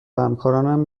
همکاران